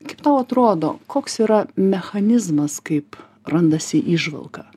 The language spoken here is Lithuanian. kaip tau atrodo koks yra mechanizmas kaip randasi įžvalga